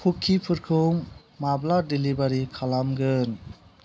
कुकिफोरखौ माब्ला डेलिबारि खालामगोन